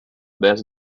best